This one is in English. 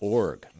org